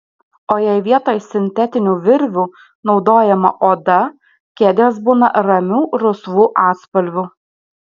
o jei vietoj sintetinių virvių naudojama oda kėdės būna ramių rusvų atspalvių